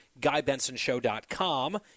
GuyBensonShow.com